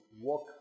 work